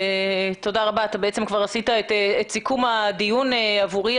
אתה בעצם כבר עשית את סיכום הדיון עבורי.